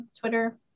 Twitter